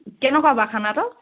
কেনেকুৱা বাৰু খানাটো